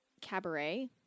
Cabaret